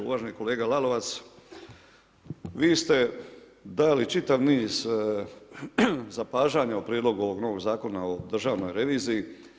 Uvaženi kolega Lalovac, vi ste dali čitav niz zapažanja o prijedlogu ovog novog Zakona o državnoj reviziji.